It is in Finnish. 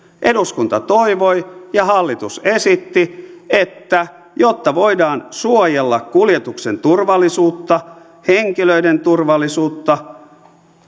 eduskunta toivoi ja hallitus esitti että jotta voidaan suojella kuljetuksen turvallisuutta henkilöiden turvallisuutta